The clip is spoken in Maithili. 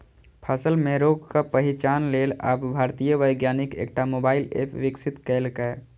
फसल मे रोगक पहिचान लेल आब भारतीय वैज्ञानिक एकटा मोबाइल एप विकसित केलकैए